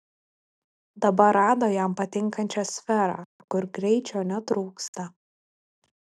dabar rado jam patinkančią sferą kur greičio netrūksta